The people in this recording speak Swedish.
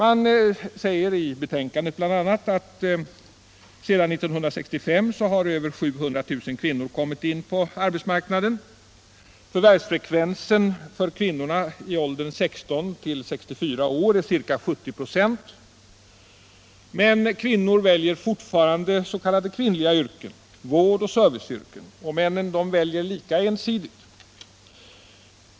Vi säger i betänkandet bl.a. att sedan 1965 har över 700 000 kvinnor kommit in på arbetsmarknaden. Förvärvsfrekvensen för kvinnor i åldern 16-64 år är ca 70 96, men kvinnor väljer fortfarande s.k. kvinnliga yrken — vårdoch serviceyrken. Och männen väljer lika ensidigt.